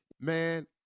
Man